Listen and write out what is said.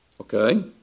Okay